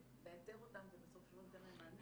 ולאתר אותם ובסוף שלא ניתן להם מענה.